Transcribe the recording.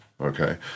okay